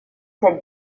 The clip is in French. cette